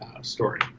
story